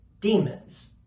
demons